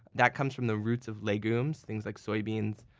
that comes from the roots of legumes, things like soybeans,